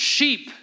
Sheep